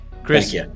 Chris